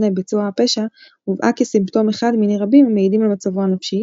ביצוע הפשע הובאה כסימפטום אחד מני רבים המעידים על מצבו הנפשי,